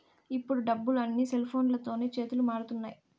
ఇప్పుడు డబ్బులు అన్నీ సెల్ఫోన్లతోనే చేతులు మారుతున్నాయి